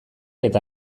eta